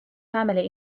family